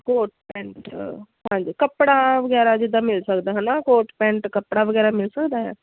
ਕੋਟ pant ਹਾਂਜੀ ਕੱਪੜਾ ਵਗੈਰਾ ਜਿੱਦਾਂ ਮਿਲ ਸਕਦਾ ਹੈ ਨਾ ਕੋਟ ਪੈਂਟ ਕੱਪੜਾ ਵਗੈਰਾ ਮਿਲ ਸਕਦਾ ਹੈ